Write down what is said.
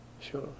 Sure